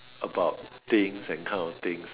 about things and kind of thing